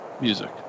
music